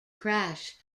crash